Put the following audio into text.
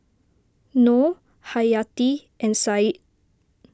Noh Haryati and Said